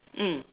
mm